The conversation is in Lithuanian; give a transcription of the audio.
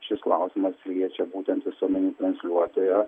šis klausimas liečia būtent visuomeninį transliuotoją